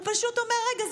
הוא פשוט אומר: רגע,